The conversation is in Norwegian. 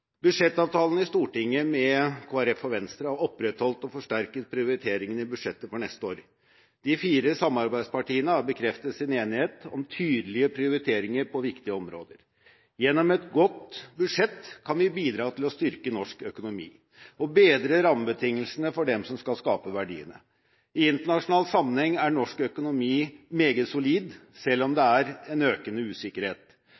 Budsjettavtalen i Stortinget med Kristelig Folkeparti og Venstre har opprettholdt og forsterket prioriteringene i budsjettet for neste år. De fire samarbeidspartiene har bekreftet sin enighet om tydelige prioriteringer på viktige områder. Gjennom et godt budsjett kan vi bidra til å styrke norsk økonomi og bedre rammebetingelsene for dem som skal skape verdiene. I internasjonal sammenheng er norsk økonomi meget solid, selv om det